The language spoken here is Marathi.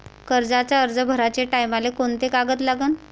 कर्जाचा अर्ज भराचे टायमाले कोंते कागद लागन?